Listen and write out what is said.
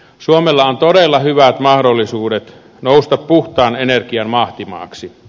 suomella on todella hyvät mahdollisuudet nousta puhtaan energian mahtimaaksi